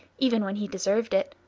even when he deserved it.